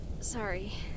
Sorry